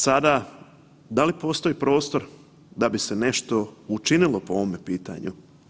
Sada da li postoji prostor da bi se nešto učinilo po ovome pitanju?